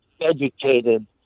educated